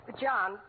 John